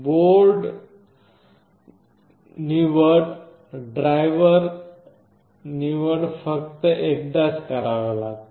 board निवड आणि driver निवड फक्त एकदाच करावे लागेल